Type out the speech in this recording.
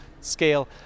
scale